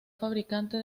fabricante